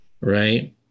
Right